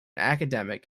academic